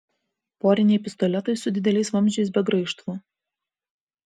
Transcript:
poriniai pistoletai su dideliais vamzdžiais be graižtvų